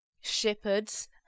Shepherds